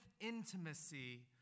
intimacy